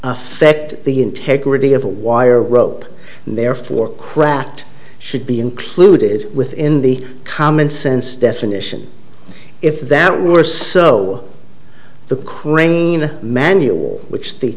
affect the integrity of the wire rope and therefore cracked should be included within the commonsense definition if that were so the crane manual which the